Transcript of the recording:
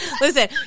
Listen